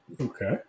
Okay